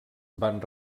van